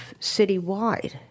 citywide